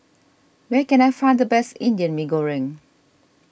where can I find the best Indian Mee Goreng